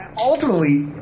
ultimately